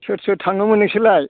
सोर सोर थाङोमोन नोंसोरलाय